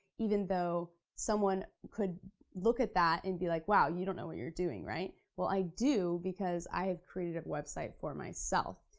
even though someone could look at that and be like, wow, you don't know what you're doing. well i do, because i've created a website for myself,